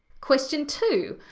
question two,